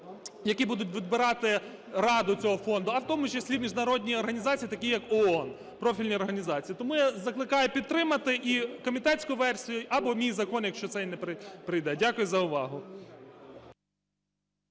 які будуть відбирати раду цього фонду, а в тому числі міжнародні організації, такі як ООН, профільні організації. Тому я закликаю підтримати і комітетську версію або мій закон, якщо цей не пройде. Дякую за увагу.